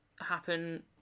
happen